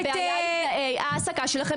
הבעיה היא העסקה שלכן